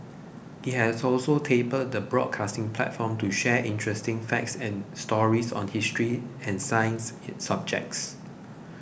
it has also tapped the broadcasting platform to share interesting facts and stories on history and science subjects